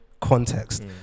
context